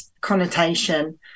connotation